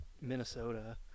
Minnesota